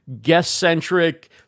guest-centric